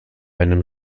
einem